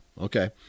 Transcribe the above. okay